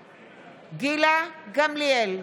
גמליאל,